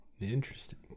Interesting